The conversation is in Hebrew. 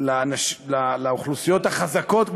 לאוכלוסיות החזקות,